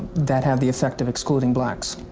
that have the effect of excluding blacks.